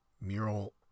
mural